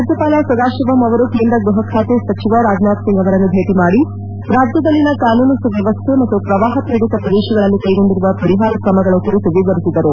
ರಾಜ್ಯಪಾಲ ಸದಾಶಿವಂ ಅವರು ಕೇಂದ್ರ ಗೃಹ ಖಾತೆ ಸಚಿವ ರಾಜನಾಥ್ ಸಿಂಗ್ ಅವರನ್ನು ಭೇಟ ಮಾಡಿ ರಾಜ್ಜದಲ್ಲಿನ ಕಾನೂನು ಸುವ್ಣವಸ್ಥೆ ಮತ್ತು ಪ್ರವಾರ ಪೀಡಿತ ಪ್ರದೇಶಗಳಲ್ಲಿ ಕೈಗೊಂಡಿರುವ ಪರಿಹಾರ ಕ್ರಮಗಳ ಕುರಿತು ವಿವರಿಸಿದರು